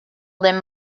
them